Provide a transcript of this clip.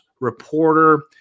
reporter